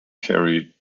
carried